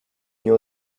nie